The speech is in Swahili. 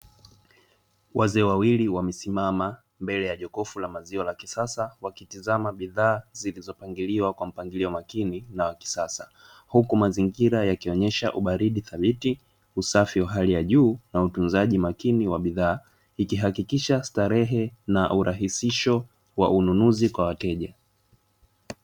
Wazee wawili wamesimama mbele ya jokofu la maziwa la kisasa wakitizama bidhaa zilizo pangiliwa kwa mpangilio makini na wa kisasa huku mazingira yakionyesha ubaridi thabiti, usafi wa hali ya juu na utunzaji makini wa bidhaa, ikihakikisha starehe na urahisisho wa ununuzi kwa wateja.